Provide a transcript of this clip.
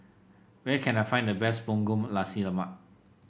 where can I find the best Punggol Nasi Lemak